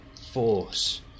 force